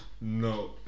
No